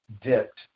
dipped